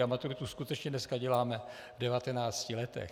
A maturitu skutečně dneska děláme v 19 letech.